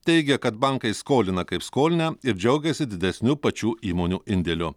teigia kad bankai skolina kaip skolinę ir džiaugiasi didesniu pačių įmonių indėlių